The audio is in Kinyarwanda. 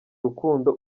rukundo